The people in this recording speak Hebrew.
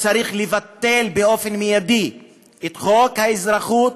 צריך לבטל באופן מיידי את חוק האזרחות,